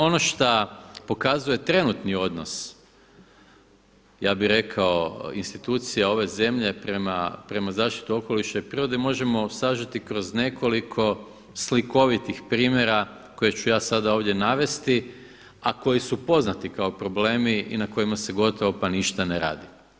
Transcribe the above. Ono šta pokazuje trenutni odnos ja bih rekao institucija ove zemlje prema zaštiti okoliša i prirode možemo sažeti kroz nekoliko slikovitih primjera koje ću ja sada ovdje navesti, a koji su poznati kao problemi i na kojima se gotovo pa ništa ne radi.